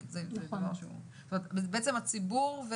הציבור,